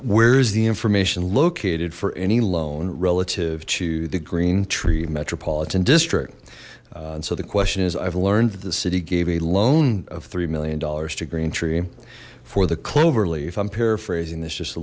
where is the information located for any loan relative to the green tree metropolitan district so the question is i've learned that the city gave a loan of three million dollars to green tree for the clover leaf if i'm paraphrasing this just a